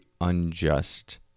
unjust